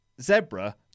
zebra